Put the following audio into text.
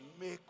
make